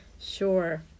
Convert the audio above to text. Sure